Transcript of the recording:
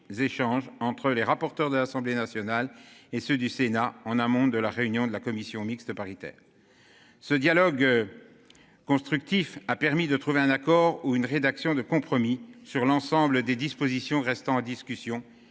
échanges entre les rapporteurs de l'Assemblée nationale et ceux du Sénat en amont de la réunion de la commission mixte paritaire. Ce dialogue. Constructif a permis de trouver un accord ou une rédaction de compromis sur l'ensemble des dispositions restant en discussion